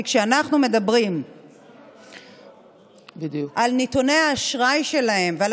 כי כשאנחנו מדברים על נתוני האשראי שלהם ועל